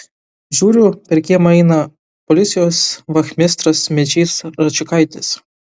žiūriu per kiemą eina policijos vachmistras mečys račiukaitis